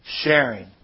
sharing